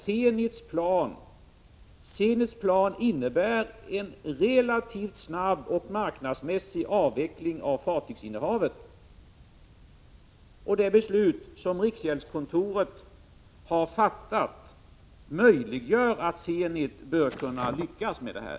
Zenits plan innebär en relativt snabb och marknadsmässig avveckling av fartygsinnehavet. Det beslut som riksgäldskontoret har fattat gör att Zenit bör kunna lyckas med det här.